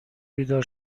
بیدار